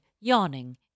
Yawning